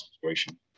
situation